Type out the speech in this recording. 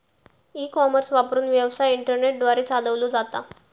E commerce वापरून, व्यवसाय internet द्वारे चालवलो जाता